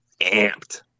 amped